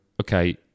okay